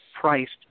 priced